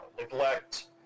neglect